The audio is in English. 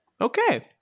Okay